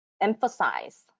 emphasize